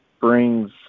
brings